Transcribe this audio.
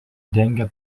dengia